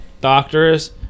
Doctors